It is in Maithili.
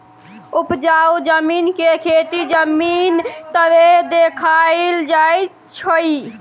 उपजाउ जमीन के खेती जमीन तरे देखाइल जाइ छइ